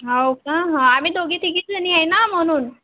हो का हां आम्ही दोघी तिघीच जणी आहे ना म्हणून